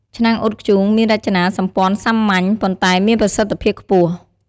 ឆ្នាំងអ៊ុតធ្យូងមានរចនាសម្ព័ន្ធសាមញ្ញ ប៉ុន្តែមានប្រសិទ្ធភាពខ្ពស់។